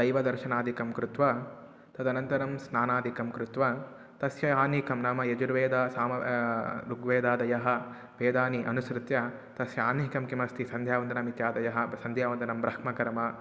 दैवदर्शनादिकं कृत्वा तदनन्तरं स्नानादिकं कृत्वा तस्य आह्निकं नाम यजुर्वेदः सामः रुग्वेदादयः वेदान् अनुसृत्य तस्य आह्निकं किमस्ति सन्ध्यावन्दनमित्यादयः ब सन्ध्यावन्दनं ब्रम्हकर्म